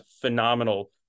phenomenal